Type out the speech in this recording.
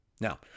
Now